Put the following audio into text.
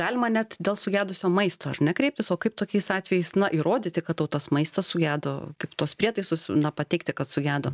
galima net dėl sugedusio maisto ar ne kreiptis o kaip tokiais atvejais na įrodyti kad tau tas maistas sugedo kaip tuos prietaisus na pateikti kad sugedo